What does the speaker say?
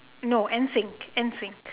no n sync n sync